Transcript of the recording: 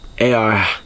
AR